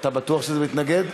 אתה בטוח שאתה מתנגד?